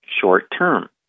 short-term